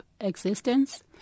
existence